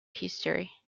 history